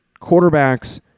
quarterbacks